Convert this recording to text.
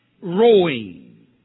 rowing